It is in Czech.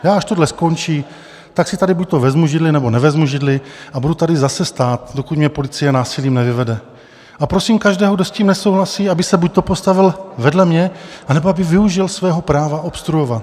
Já, až tohle skončí, tak si tady buďto vezmu židli, nebo nevezmu židli a budu tady zase stát, dokud mě policie násilím nevyvede, a prosím každého, kdo s tím nesouhlasí, aby se buďto postavil vedle mě, anebo aby využil svého práva obstruovat.